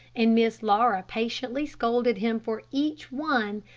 and miss laura patiently scolded him for each one,